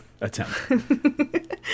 attempt